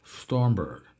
Stormberg